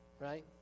right